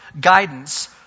guidance